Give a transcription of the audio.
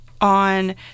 on